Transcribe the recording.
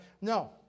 No